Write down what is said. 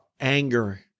anger